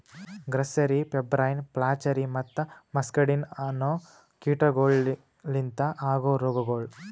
grasserie, pebrine, flacherie ಮತ್ತ muscardine ಅನೋ ಕೀಟಗೊಳ್ ಲಿಂತ ಆಗೋ ರೋಗಗೊಳ್